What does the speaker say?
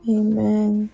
Amen